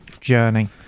journey